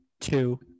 two